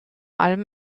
allem